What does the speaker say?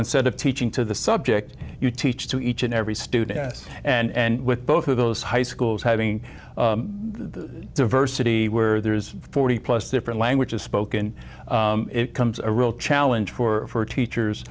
instead of teaching to the subject you teach to each and every student s and with both of those high schools having the diversity where there's forty plus different languages spoken it comes a real challenge for teachers